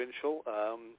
provincial